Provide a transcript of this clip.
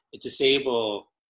disable